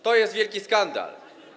To jest wielki skandal.